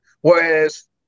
Whereas